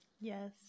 Yes